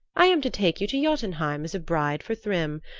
i am to take you to jotunheim as a bride for thrym.